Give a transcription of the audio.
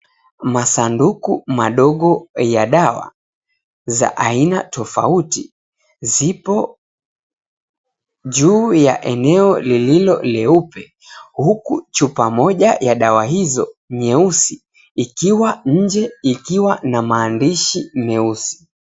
Masanduku madogo ya dawa za aina tofauti, zipo juu ya eneo lililo leupe huku chupa moja ya dawa hizo nyeusi, ikiwa nje ikiwa na maandishi nyeusi.